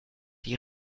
die